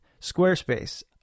Squarespace